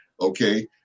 Okay